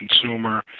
consumer